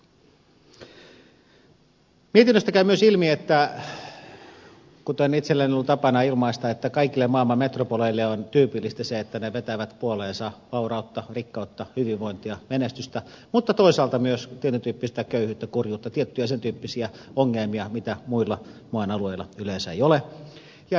mietinnöstä käy myös ilmi kuten itselläni on ollut tapana ilmaista että kaikille maailman metropoleille on tyypillistä se että ne vetävät puoleensa vaurautta rikkautta hyvinvointia menestystä mutta toisaalta myös tietyn tyyppistä köyhyyttä kurjuutta tiettyjä sen tyyppisiä ongelmia joita muilla maan alueilla yleensä ei ole